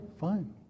fine